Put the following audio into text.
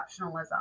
exceptionalism